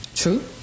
true